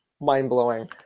mind-blowing